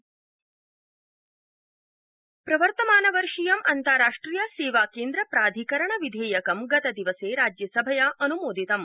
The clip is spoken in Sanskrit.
राज्यसभा प्रवर्तमानवर्षीयम् अन्ताराष्ट्रिय सेवाकेन्द्र प्राधिकरण विधेयक गतदिवसे राज्यसभया अनुमोदितम्